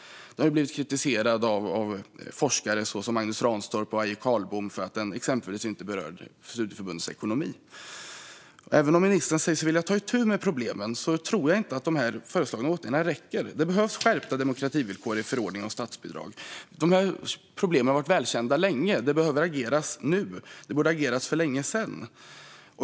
Den har blivit kritiserad av forskarna Magnus Ranstorp och Aje Carlbom för att den exempelvis inte berörde studieförbundens ekonomi. Även om ministern säger sig vilja ta itu med problemen tror jag inte att de föreslagna åtgärderna räcker. Det behövs skärpta demokrativillkor i förordningen om statsbidrag. Problemen har varit välkända länge; det behöver ageras nu! Det borde ha agerats för länge sedan.